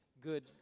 good